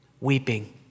weeping